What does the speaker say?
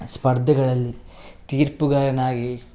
ಸ್ಪರ್ಧೆಗಳಲ್ಲಿ ತೀರ್ಪುಗಾರನಾಗಿ